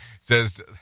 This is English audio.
says